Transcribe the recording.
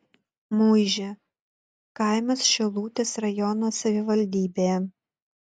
muižė kaimas šilutės rajono savivaldybėje